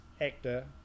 actor